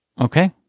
Okay